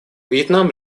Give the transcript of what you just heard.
вьетнам